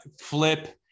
Flip